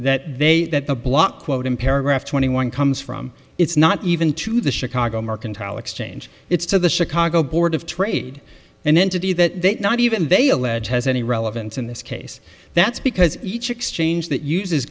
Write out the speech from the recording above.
that they that the blockquote in paragraph twenty one comes from it's not even to the chicago mercantile exchange it's to the chicago board of trade and entity that not even they allege has any relevance in this case that's because each exchange that uses